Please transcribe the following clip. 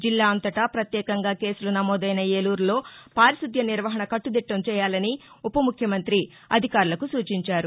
జిల్లా అంతటా పత్యేకంగా కేసులు నమోదైన ఏలూరులో పారిశద్య నిర్వహణ కట్టదిట్టం చేయాలని ఉపముఖ్యమంతి అధికారులకు సూచించారు